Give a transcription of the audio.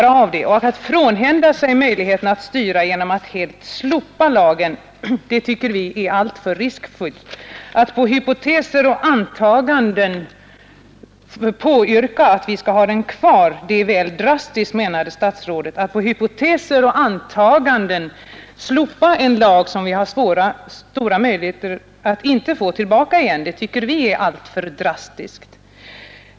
Att frånhända sig möjligheten att styra genom att helt slopa lagen tycker vi är alltför riskfyllt. Att på hypoteser och antaganden yrka på att vi skall ha den kvar är väl drastiskt, menade statsrådet. Att på hypoteser och antaganden slopa en lag som vi har stora möjligheter att inte få tillbaka igen, tycker vi är alltför drastiskt.